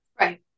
right